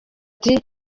ati